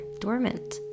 dormant